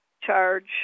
charge